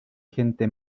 gente